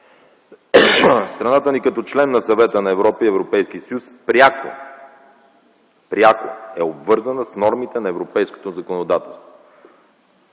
Страната ни като член на Съвета на Европа и Европейския съюз пряко е обвързана с нормите на европейското законодателство,